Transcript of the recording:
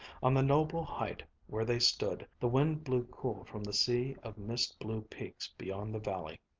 on the noble height where they stood, the wind blew cool from the sea of mist-blue peaks beyond the valley.